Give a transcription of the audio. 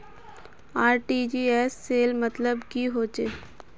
RTGS सेल मतलब की होचए?